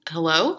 Hello